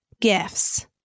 gifts